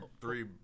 three